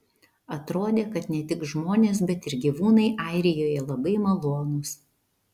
atrodė kad ne tik žmonės bet ir gyvūnai airijoje labai malonūs